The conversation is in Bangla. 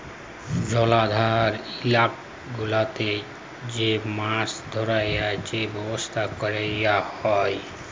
জলাধার ইলাকা গুলাতে যে মাছ ধ্যরে যে ব্যবসা ক্যরা হ্যয়